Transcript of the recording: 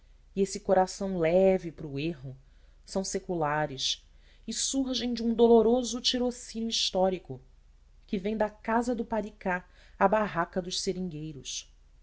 e esse coração leve para o erro são seculares e surgem de um doloroso tirocínio histórico que vem da casa do paricá à barraca dos seringueiros